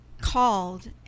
called